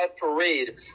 parade